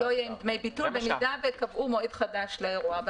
לא יהיו דמי ביטול במידה וקבעו מועד חדש לאירוע.